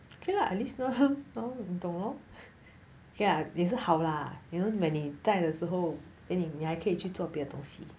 okay lah at least now now 你懂 lor ya 也是好啦 you know when 你在的时候 then 你还可以去做别的东西